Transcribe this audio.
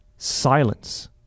Silence